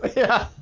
ah yeah,